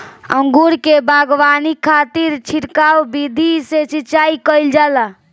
अंगूर के बगावानी खातिर छिड़काव विधि से सिंचाई कईल जाला